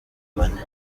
bane